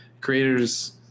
creators